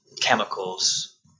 chemicals